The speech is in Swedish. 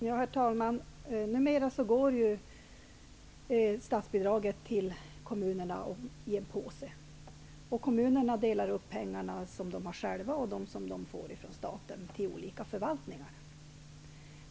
Herr talman! Numera går statsbidragen till kommunerna i en påse. Kommunerna får sedan fördela sina egna pengar och de pengar som de får från staten till olika förvaltningar.